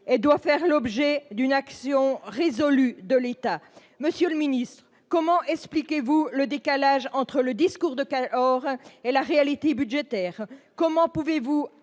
et doit faire l'objet d'une action résolue de l'État. Comment expliquez-vous le décalage entre le discours de Cahors et la réalité budgétaire ? Comment pouvez-vous